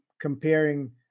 comparing